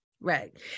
Right